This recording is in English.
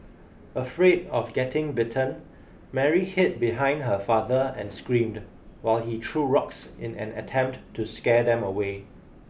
afraid of getting bitten Mary hid behind her father and screamed while he threw rocks in an attempt to scare them away